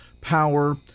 power